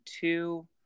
two